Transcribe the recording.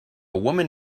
woman